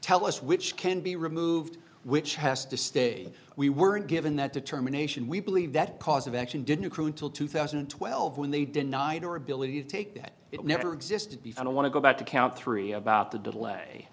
tell us which can be removed which has to stay we weren't given that determination we believe that cause of action didn't accrue until two thousand and twelve when they denied our ability to take that it never existed before i want to go back to count three about the delay